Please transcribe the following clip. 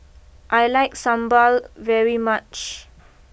I like Sambal very much